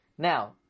Now